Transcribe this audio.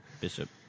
bishop